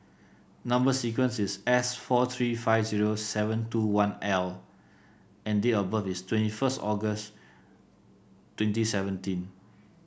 number sequence is S four three five zero seven two one L and date of birth is twenty first August twenty seventeen